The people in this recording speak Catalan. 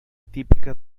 típica